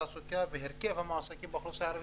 תעסוקה והרכב המועסקים באוכלוסייה הערבית,